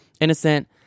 innocent